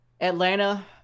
Atlanta